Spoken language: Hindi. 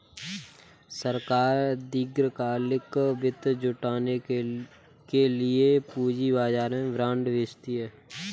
सरकार दीर्घकालिक वित्त जुटाने के लिए पूंजी बाजार में बॉन्ड बेचती है